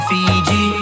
Fiji